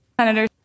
Senator